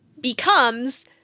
becomes